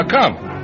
come